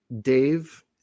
Dave